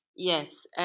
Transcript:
Yes